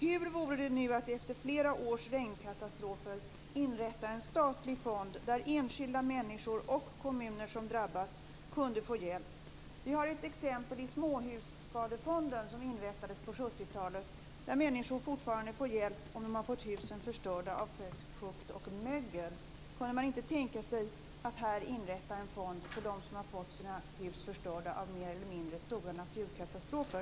Hur vore det nu att efter flera års regnkatastrofer inrätta en statlig fond där enskilda människor och kommuner som drabbats kunde få hjälp? Vi har ett exempel i Småhusskadefonden, som inrättades på 70 talet, där människor fortfarande får hjälp om de fått husen förstörda av fukt och mögel. Kunde man inte tänka sig att här inrätta en fond för dem som har fått sina hus förstörda av mer eller mindre stora naturkatastrofer?